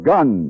Gun